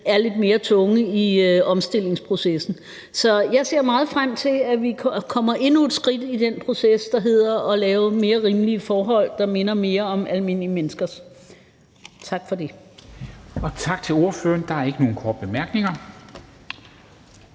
er lidt mere tunge i omstillingsprocessen. Så jeg ser meget frem til, at vi kommer endnu et skridt videre i den proces, der hedder at lave mere rimelige forhold, der minder mere om almindelige menneskers. Tak for det. Kl. 20:43 Formanden (Henrik Dam Kristensen): Tak til ordføreren. Der er ikke nogen korte bemærkninger.